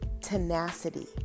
tenacity